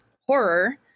horror